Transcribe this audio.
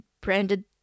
branded